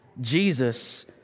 Jesus